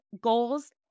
goals